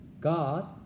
God